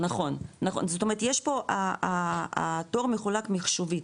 נכון, זאת אומרת יש פה, התור מחולק מחשובית,